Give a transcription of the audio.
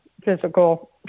physical